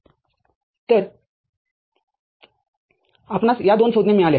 तरतर आपणास या दोन संज्ञा मिळाल्या आहेत